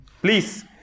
please